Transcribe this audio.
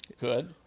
good